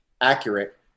accurate